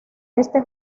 este